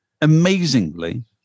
amazingly